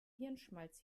hirnschmalz